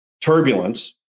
turbulence